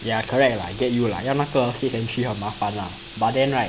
ya correct lah I get you lah 要那个 safe entry 很麻烦 lah but then right